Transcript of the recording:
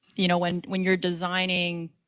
you know, when when you're designing